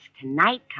tonight